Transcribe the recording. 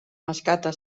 escates